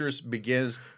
begins